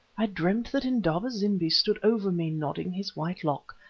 i dreamed that indaba-zimbi stood over me nodding his white lock,